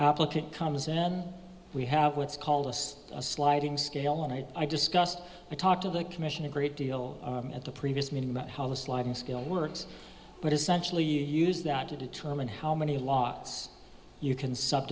applicant comes then we have what's called a sliding scale and i discussed i talked to the commission a great deal at the previous meeting about how the sliding scale works but essentially you use that to determine how many logs you can s